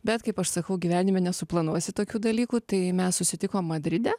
bet kaip aš sakau gyvenime nesuplanuosi tokių dalykų tai mes susitikom madride